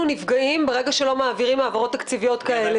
נפגעים כאשר לא מעבירים העברות תקציביות כאלה.